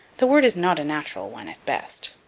the word is not a natural one, at best.